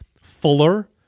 fuller